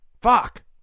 Fuck